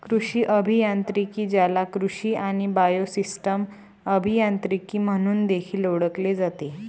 कृषी अभियांत्रिकी, ज्याला कृषी आणि बायोसिस्टम अभियांत्रिकी म्हणून देखील ओळखले जाते